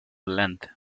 length